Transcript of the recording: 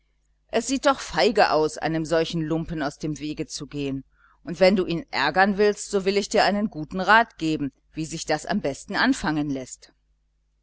es sieht doch feige aus einem solchen lumpen aus dem wege zu gehen und wenn du ihn ärgern willst so will ich dir einen guten rat geben wie sich das am besten anfangen läßt